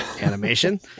animation